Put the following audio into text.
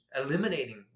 eliminating